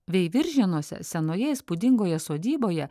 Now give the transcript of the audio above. veiviržėnuose senoje įspūdingoje sodyboje